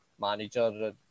manager